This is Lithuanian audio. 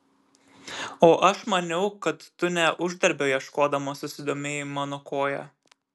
o aš maniau kad tu ne uždarbio ieškodamas susidomėjai mano koja